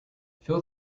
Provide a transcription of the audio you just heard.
fill